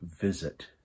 visit